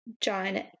John